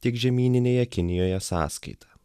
tiek žemyninėje kinijoje sąskaita